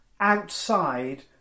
outside